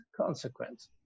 consequence